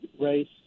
race